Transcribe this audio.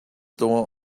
door